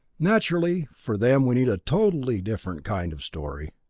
naturally, for them we need a totally different kind of story.